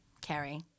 Carrie